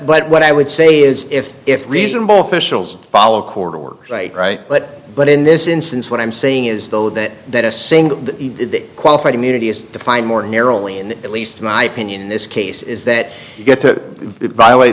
but what i would say is if it's reasonable fishelson follow corder work right right but but in this instance what i'm saying is though that that a single qualified immunity is defined more narrowly and at least in my opinion in this case is that you get to violate